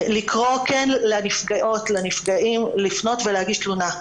לקרוא לנפגעות ולנפגעים לפנות ולהגיש תלונה.